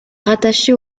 rattachée